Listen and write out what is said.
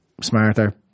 smarter